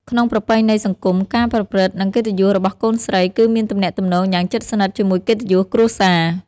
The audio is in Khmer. ក្នុងប្រពៃណីសង្គម ការប្រព្រឹត្ត និង កិត្តិយសរបស់កូនស្រីគឺមានទំនាក់ទំនងយ៉ាងជិតស្និទ្ធជាមួយកិត្តិយសគ្រួសារ។